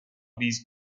these